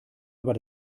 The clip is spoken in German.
aber